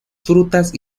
frutas